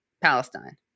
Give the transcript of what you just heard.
Palestine